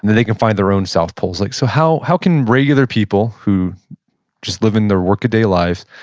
they can find their own south poles. like so how how can regular people, who just living their workaday lives,